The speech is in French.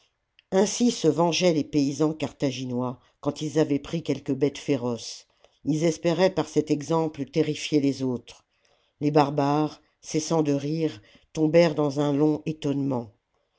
ainsi se vengeaient les paysans carthaginois quand ils avaient pris quelque bête féroce ils espéraient par cet exemple terrifier les autres les barbares sem sant de rire tombèrent dans un long étonnement